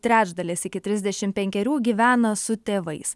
trečdalis iki trisdešim penkerių gyvena su tėvais